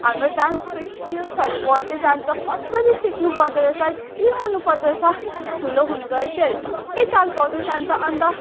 हाम्रो डान्सको स्किल्सहरू बढ्दै जान्छ कसरी सिक्नु पर्दोरहेछ के गर्नु पर्दोरहेछ ठुलो हुनुको लागि त्योहरू सबै चाल पाउँदै जान्छ अन्त